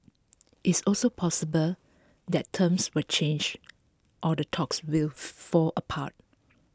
it's also possible that terms will change or the talks will fall apart